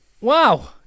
wow